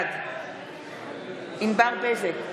בעד ענבר בזק,